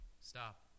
stop